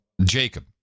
Jacob